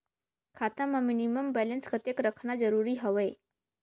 खाता मां minimum balance कतेक रखना जरूरी हवय?